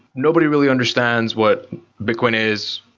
nobody really understands what bitcoin is.